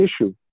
issue